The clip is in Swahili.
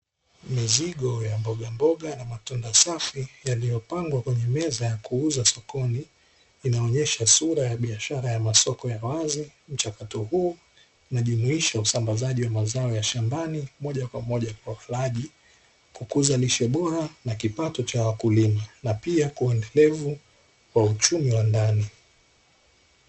Mizigo ya mbogamboga na matunda safi yaliyopangwa kwenye meza ya kuuza sokoni, inaonyesha sura ya biashara ya masoko ya wazi; mchakato huo unajumuisha usambazaji wa mazao ya shambani moja kwa moja kwa walaji kukuza lishe bora na kipato cha wakulima, na pia kwa uendelevu wa uchumi wa ndani.